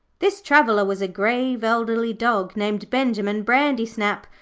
this traveller was a grave, elderly dog named benjimen brandysnap,